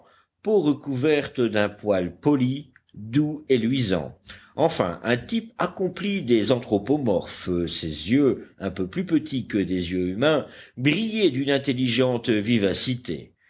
peau recouverte d'un poil poli doux et luisant enfin un type accompli des anthropomorphes ses yeux un peu plus petits que des yeux humains brillaient d'une intelligente vivacité